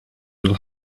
will